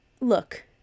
Look